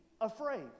afraid